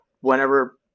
whenever